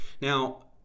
Now